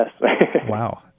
Wow